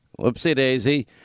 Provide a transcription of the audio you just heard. Whoopsie-daisy